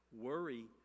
Worry